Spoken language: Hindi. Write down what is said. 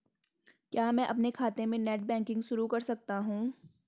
क्या मैं अपने खाते में नेट बैंकिंग शुरू कर सकता हूँ?